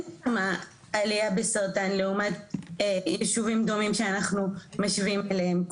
עלייה בסרטן לעומת יישובים דומים שאנחנו משווים אליהם,